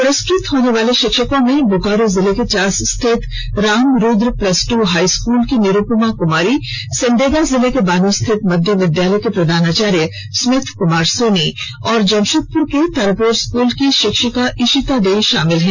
पुरस्कृत होने वाले शिक्षकों में बोकारो जिले के चास स्थित Ram Rudra plus two high school की निरुपमा कुमारी सिमडेगा जिले के बानो स्थित मध्य विद्यालय के प्रधानाचार्य स्मिथ कुमार सोनी और जमशेदपुर के तारापोर स्कूल की शिक्षिका इशिता डे शामिल हैं